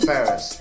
Paris